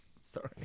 Sorry